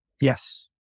Yes